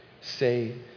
say